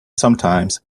sometimes